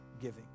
giving